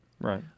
Right